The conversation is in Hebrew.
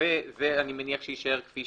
אני מניח שזה יישאר כפי